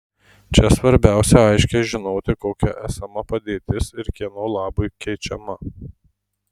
čia svarbiausia aiškiai žinoti kokia esama padėtis ir kieno labui keičiama